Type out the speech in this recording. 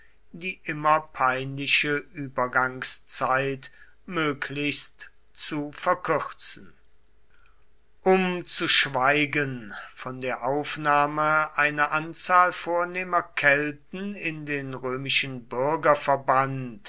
die immer peinliche übergangszeit möglichst zu verkürzen um zu schweigen von der aufnahme einer anzahl vornehmer kelten in den römischen